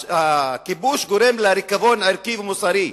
הכיבוש גורם לריקבון ערכי ומוסרי,